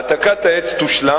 העתקת העץ תושלם,